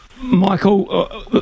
Michael